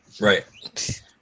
Right